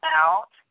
out